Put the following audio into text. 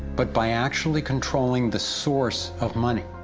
but by actually controlling the source of money.